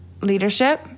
leadership